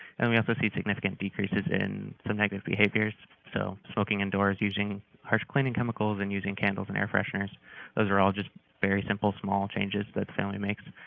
and we also see significant decreases in some negative behaviors. so smoking indoors, using harsh cleaning chemicals, and using candles and air fresheners those are all just very simple small changes that family makes.